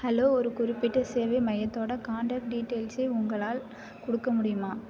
hello ஒரு குறிப்பிட்ட சேவை மையத்தோட காண்டாக்ட் டீடெயில்ஸை உங்களால் கொடுக்க முடியுமா